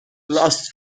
lost